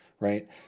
Right